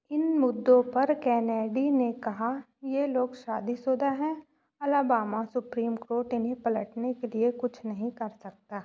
इन मुद्दों पर कैनेडी ने कहा ये लोग शादीशुदा हैं अलबामा सुप्रीम कोर्ट इन्हें पलटने के लिए कुछ नहीं कर सकता